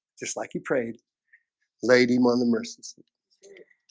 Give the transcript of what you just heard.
just like he prayed laid him on the mercy